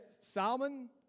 salmon